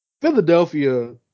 Philadelphia